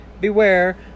Beware